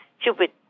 stupid